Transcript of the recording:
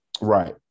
Right